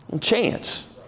chance